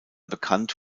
bekannt